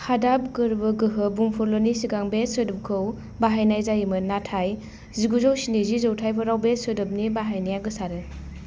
हादाब गोरबो गोहो बुंफुरलुनि सिगां बे सोदोबखौ बाहायनाय जायोमोन नाथाय जिगुजौ स्निजि जौथाइफोराव बे सोदोबनि बाहायनाया गोसारो